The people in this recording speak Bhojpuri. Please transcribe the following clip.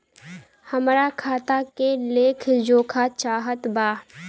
हमरा खाता के लेख जोखा चाहत बा?